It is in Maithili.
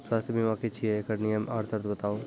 स्वास्थ्य बीमा की छियै? एकरऽ नियम आर सर्त बताऊ?